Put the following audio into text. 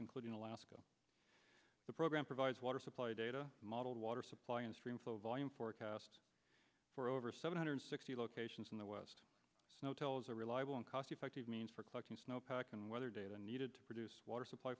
including alaska the program provides water supply data modeled water supply and stream flow volume forecast for over seven hundred sixty locations in the west tells a reliable and cost effective means for collecting snowpack and weather data needed to produce water supply